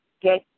Get